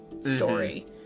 story